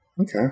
okay